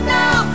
now